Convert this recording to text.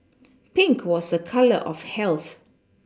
Pink was a colour of health